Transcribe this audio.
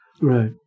Right